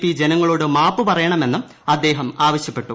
P ജനങ്ങളോട് മാപ്പു പറയണമെന്നും അദ്ദേഹം ആവശ്യപ്പെട്ടു